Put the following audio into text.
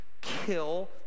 kill